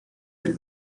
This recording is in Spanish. del